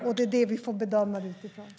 Det är utifrån det som vi får göra en bedömning.